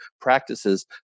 practices